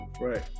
right